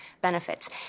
benefits